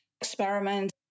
experiment